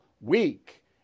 weak